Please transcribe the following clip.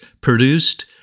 produced